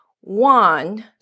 One